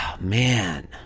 Man